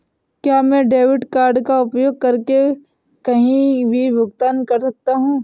क्या मैं debit card का उपयोग करके कहीं भी भुगतान कर सकता हूं?